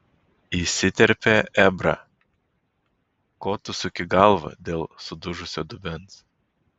įsiterpė ebrą ko tu suki galvą dėl sudužusio dubens